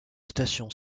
stations